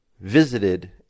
visited